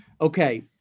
Okay